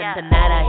Tonight